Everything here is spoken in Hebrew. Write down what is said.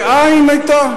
כאין היתה?